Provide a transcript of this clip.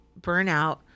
burnout